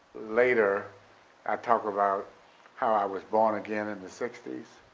later i talk about how i was born again in the sixties?